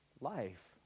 life